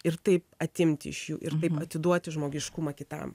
ir taip atimti iš jų ir atiduoti žmogiškumą kitam